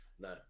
No